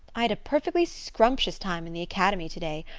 i'd a perfectly scrumptious time in the academy today.